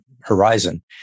horizon